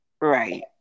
Right